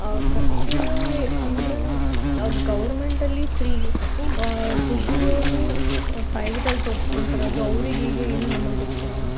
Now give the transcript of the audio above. ಖರ್ಚು ಅಂದರೆ ಗೌರ್ಮೆಂಟಲ್ಲಿ ಫ್ರೀ ದುಡ್ಡಿರೋರು ಪ್ರೈವೇಟಲ್ಲಿ ತೋರ್ಸ್ಕೊಂತಾರೆ ಅದು ಅವ್ರಿಗೆ ಹೇಗೆ ಏನು ನಮಗೆ ಗೊತ್ತಿಲ್ಲ